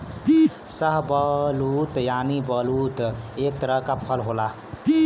शाहबलूत यानि बलूत एक तरह क फल होला